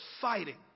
fighting